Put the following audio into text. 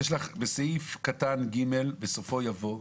"בסעיף קטן (ג), בסופו יבוא".